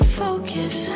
focus